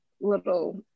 little